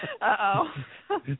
Uh-oh